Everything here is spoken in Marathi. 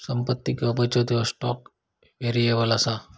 संपत्ती किंवा बचत ह्यो स्टॉक व्हेरिएबल असा